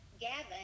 Gavin